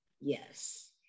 yes